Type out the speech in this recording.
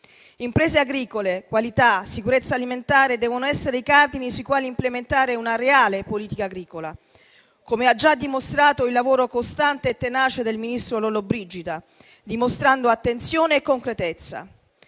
Imprese agricole, qualità, sicurezza alimentare devono essere i cardini sui quali implementare una reale politica agricola, come ha già dimostrato il lavoro costante e tenace del ministro Lollobrigida, improntato ad attenzione e concretezza.